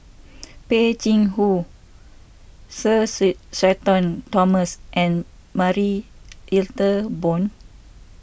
Peh Chin Hua Sir Shenton Thomas and Marie Ethel Bong